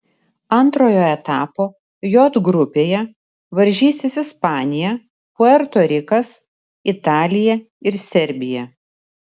antrojo etapo j grupėje varžysis ispanija puerto rikas italija ir serbija